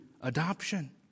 adoption